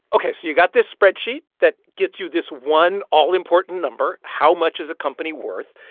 ok, so you got this spreadsheet that gets you this one all-important number, how much is a company worth.